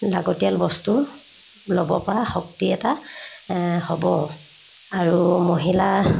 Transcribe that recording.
লাগতিয়াল বস্তুৰ ল'বপৰা শক্তি এটা হ'ব আৰু মহিলা